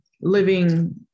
living